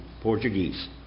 Portuguese